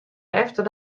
efter